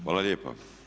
Hvala lijepa.